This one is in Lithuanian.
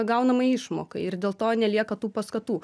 gaunamai išmokai ir dėl to nelieka tų paskatų